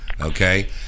Okay